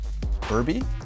Burby